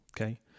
Okay